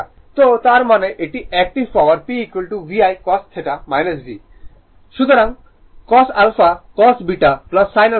সুতরাং তার মানে এটি active power P VI cos a V তো cos α cos β sin α sin β